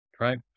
right